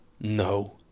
No